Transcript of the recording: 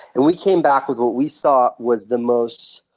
and we came back with what we saw was the most